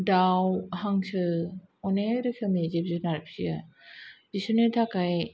दाव हांसो अनेक रोखोमनि जिब जुनार फियो बिसोरनि थाखाय